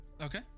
Okay